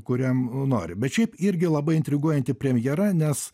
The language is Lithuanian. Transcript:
kuriam nori bet šiaip irgi labai intriguojanti premjera nes